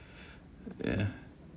ya